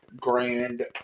grand